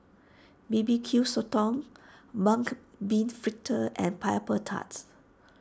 B B Q Sotong Mung Bean Fritters and Pineapple Tarts